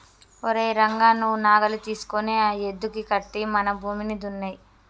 ఓరై రంగ నువ్వు నాగలి తీసుకొని ఆ యద్దుకి కట్టి మన భూమిని దున్నేయి